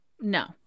No